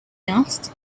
asked